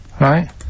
Right